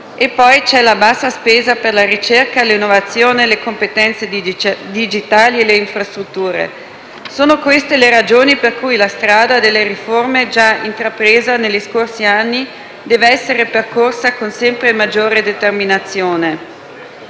E poi ci sono la bassa spesa per la ricerca e l'innovazione; le competenze digitali e le infrastrutture. Sono queste le ragioni per cui la strada delle riforme, già intrapresa negli scorsi anni, deve essere percorsa con sempre maggiore determinazione.